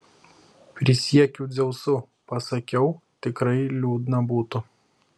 prisiekiu dzeusu pasakiau tikrai liūdna būtų